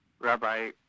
Rabbi